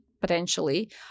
potentially